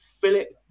Philip